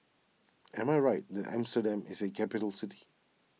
am I right that Amsterdam is a capital city